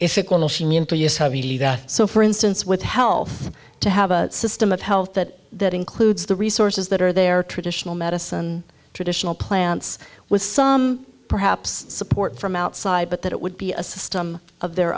fear so for instance with health to have a system of health that that includes the resources that are there traditional medicine traditional plants with some perhaps support from outside but that it would be a system of their